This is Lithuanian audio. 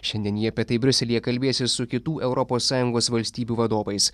šiandien ji apie tai briuselyje kalbėsis su kitų europos sąjungos valstybių vadovais